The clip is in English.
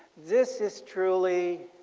this is truly